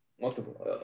Multiple